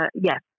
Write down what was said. yes